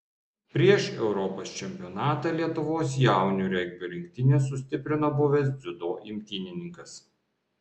prieš europos čempionatą lietuvos jaunių regbio rinktinę sustiprino buvęs dziudo imtynininkas